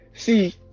See